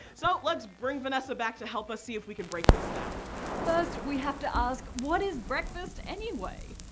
so let's bring vanessa back to help us see if we can break this down first we have to ask, what is breakfast anyway?